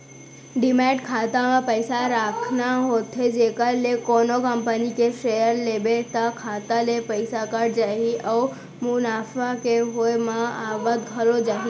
demat खाता म पइसा राखना होथे जेखर ले कोनो कंपनी के सेयर लेबे त खाता ले पइसा कट जाही अउ मुनाफा के होय म आवत घलौ जाही